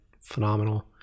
phenomenal